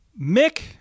Mick